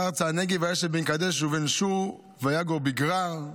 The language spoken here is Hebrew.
"וישב בין קדש ובין שור ויגר בגרר".